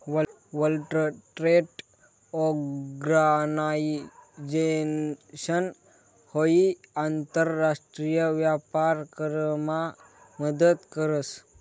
world Trade Organization हाई आंतर राष्ट्रीय व्यापार करामा मदत करस